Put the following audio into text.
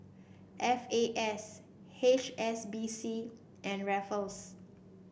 F A S H S B C and refers